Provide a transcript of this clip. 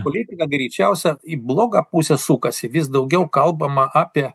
politika greičiausia į blogą pusę sukasi vis daugiau kalbama apie